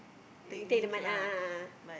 and take the money a'ah a'ah